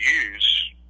use